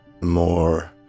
more